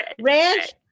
Ranch